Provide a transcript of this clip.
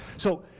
so